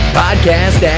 podcast